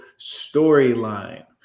storyline